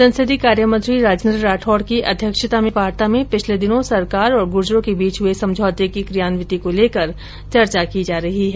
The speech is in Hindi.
संसदीय कार्यमंत्री राजेन्द्र राठौड़ की अध्यक्षता में हो रही वार्ता में पिछले दिनों सरकार और गुर्जरों के बीच हुए समझौते की क्रियान्विति को लेकर चर्चा की जा रही है